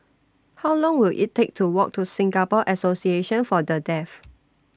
How Long Will IT Take to Walk to Singapore Association For The Deaf